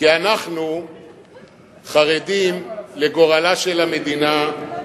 כי אנחנו חרדים לגורלה של המדינה,